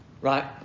right